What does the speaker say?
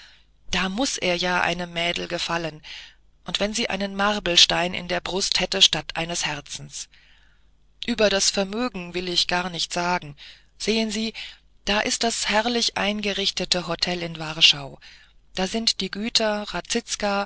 da muß er ja einem mädel gefallen und wenn sie einen marbelstein in der brust hätte statt eines herzens über das vermögen will ich gar nichts sagen sehen sie da ist das herrlich eingerichtete hotel in warschau da sind die güter